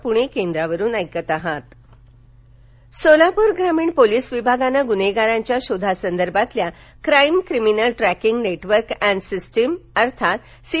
प्रणाली सोलापर सोलापूर ग्रामीण पोलीस विभागानं गुन्हेगारांच्या शोधासंदर्भातल्या crime criminal tracking network and system अर्थात सी